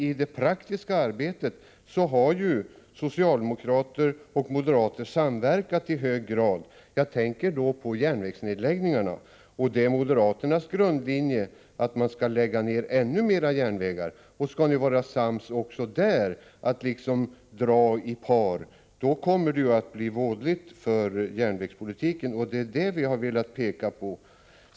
I det praktiska arbetet har ju socialdemokrater och moderater i hög grad samverkat, nämligen beträffande järnvägsnedläggningarna. Moderaternas grundlinje är att ännu fler järnvägar skall läggas ned. Skall ni dra i par också på den punkten, blir det vådligt för järnvägspolitiken, och det är detta som vi har velat peka på.